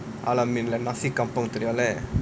al-ameen like nasi kampung தெரியும்ல:theriyumala